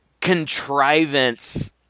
contrivance